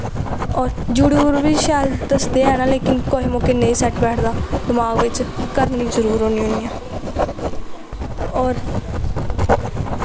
होर यूट्यूब पर बी शैल दसदे हैन लेकिन कुसै मौके नेईं सैट्ट बैठदा दमाक बिच्च करनी जरूर होन्नी होन्नी आं होर